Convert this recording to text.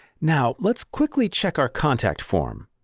now let's quickly check our contact form.